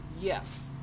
Yes